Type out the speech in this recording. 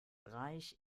reich